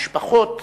המשפחות